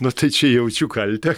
nu tai čia jaučiu kaltę